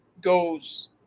goes